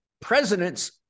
presidents